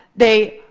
they,